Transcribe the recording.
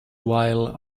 while